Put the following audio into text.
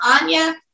Anya